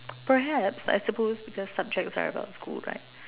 perhaps I suppose because the subjects are about school right